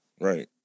Right